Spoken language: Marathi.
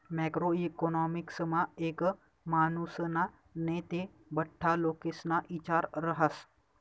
मॅक्रो इकॉनॉमिक्समा एक मानुसना नै ते बठ्ठा लोकेस्ना इचार रहास